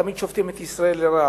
תמיד שופטים את ישראל לרעה.